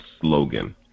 slogan